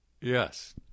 Yes